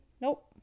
Nope